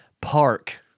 park